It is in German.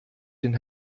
den